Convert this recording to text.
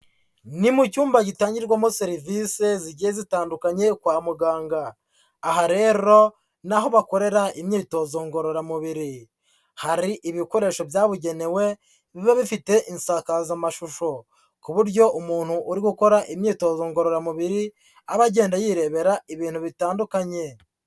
Ni mu cyumba gitangirwamo serivise zigiye zitandukanye kwa muganga. Aha rero, ni aho bakorera imyitozo ngororamubiri. Hari ibikoresho byabugenewe biba bifite isakazamashusho ku buryo umuntu uri gukora imyitozo ngororamubiri, aba agenda yirebera ibintu bitandukanye.